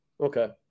Okay